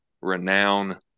renown